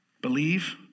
Believe